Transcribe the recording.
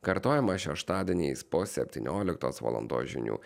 kartojama šeštadieniais po septynioliktos valandos žinių